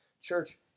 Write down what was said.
Church